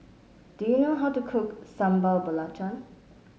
do you know how to cook Sambal Belacan